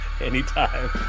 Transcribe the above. Anytime